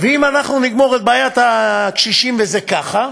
ואם אנחנו נגמור את בעיית הקשישים, וזה ככה,